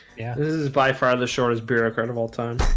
yeah, this is by far the shortest bureaucrat of all time.